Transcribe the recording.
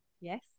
yes